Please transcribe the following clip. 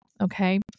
Okay